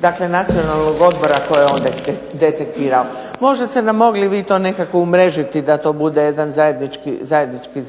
tiču Nacionalnog odbora koje je on detektirao. Možda ste nam mogli vi to nekako umrežiti da to bude jedan zajednički